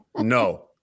No